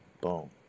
Boom